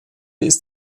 ist